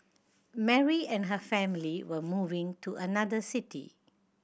Mary and her family were moving to another city